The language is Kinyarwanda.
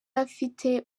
afite